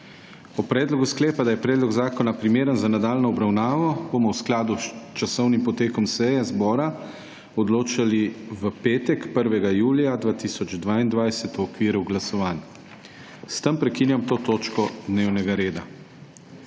O predlogu sklepa, da je predlog zakona primeren za nadaljnjo obravnavo, bomo v skladu s časovnim potekom seje zbora odločali v petek, 1. julija 2022, v okviru glasovanj. S tem prekinjam to točko dnevnega reda.